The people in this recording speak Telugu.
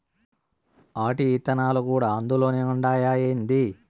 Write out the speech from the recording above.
ఆటి ఇత్తనాలు కూడా అందులోనే ఉండాయా ఏంది